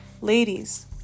ladies